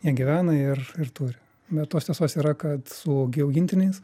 jie gyvena ir ir turi bet tos tiesos yra kad su au augintiniais